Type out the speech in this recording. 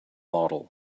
model